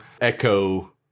echo